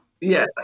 Yes